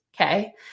Okay